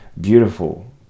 beautiful